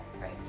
Right